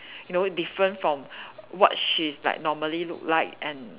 you know different from what she's like normally look like and